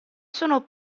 sono